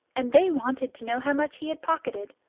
and they wanted to know how much he had pocketed.